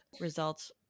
results